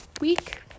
week